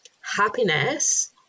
happiness